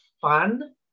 fun